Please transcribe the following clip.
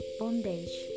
bondage